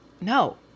No